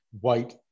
white